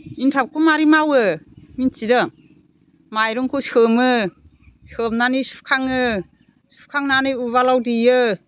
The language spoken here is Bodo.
एन्थाबखौ माबोरै मावो मिन्थिदों माइरंखौ सोमो सोमनानै सुखाङो सुखांनानै उवालआव देयो